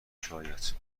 شاید